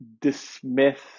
dismiss